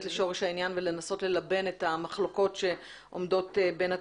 לשורש העניין ולנסות ללבן את המחלוקות שעומדות בין הצדדים.